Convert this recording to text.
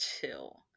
chill